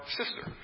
sister